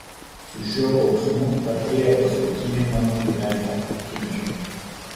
su šiuo kauksmu artėja paskutinė mano gyvenimo akimirka